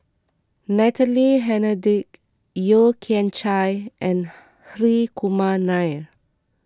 Natalie Hennedige Yeo Kian Chai and Hri Kumar Nair